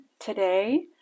today